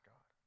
God